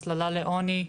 הסללה לעוני,